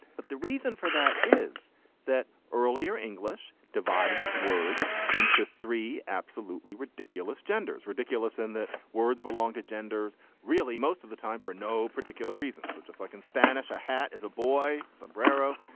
but the reason for that is that earlier english divided its words into three absolutely ridiculous genders ridiculous in that words belong to genders really most of the time for no particular reason so just like in spanish a hat is a boy sombrero.